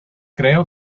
creo